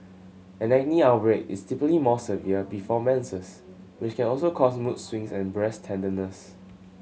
an acne outbreak is typically more severe before menses which can also cause mood swings and breast tenderness